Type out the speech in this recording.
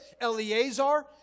Eleazar